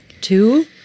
two